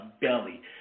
belly